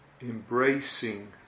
embracing